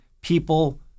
people